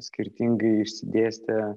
skirtingai išsidėstę